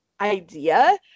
idea